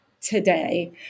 today